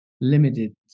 limited